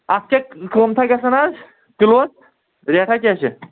اَتھ کیٛاہ قۭمتھاہ گژھان آز کِلُوَس ریٹھاہ کیٛاہ چھےٚ